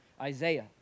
Isaiah